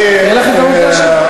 אני מגיבה.